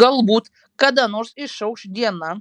galbūt kada nors išauš diena